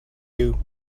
you